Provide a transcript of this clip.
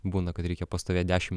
būna kad reikia pastovėt dešim